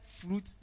fruit